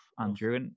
Andrew